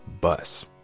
bus